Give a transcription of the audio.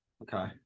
Okay